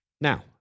Now